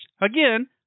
Again